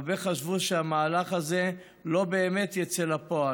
הרבה חשבו שהמהלך הזה לא באמת יצא לפועל,